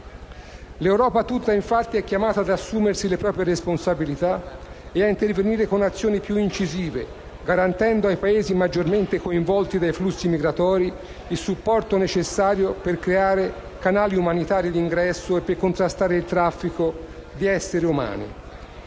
L'Europa tutta, infatti, è chiamata ad assumersi le proprie responsabilità e a intervenire con azioni più incisive, garantendo ai Paesi maggiormente coinvolti dai flussi migratori il supporto necessario per creare canali umanitari di ingresso e per contrastare il traffico di esseri umani.